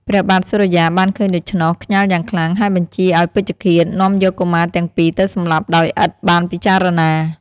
ព្រះបាទសូរិយាបានឃើញដូច្នោះ ខ្ញាល់យ៉ាងខ្លាំង ហើយបញ្ជាឲ្យពេជ្ឈឃាដនាំយកកុមារទាំងពីរទៅសម្លាប់ដោយឥតបានពិចារណា ។